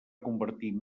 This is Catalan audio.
convertir